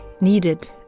needed